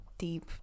deep